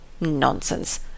Nonsense